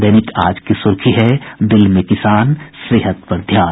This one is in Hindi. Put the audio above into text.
दैनिक आज की सुर्खी है दिल में किसान सेहत पर ध्यान